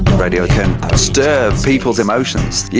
radio can stir people's emotions. you